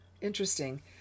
interesting